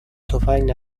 تفنگ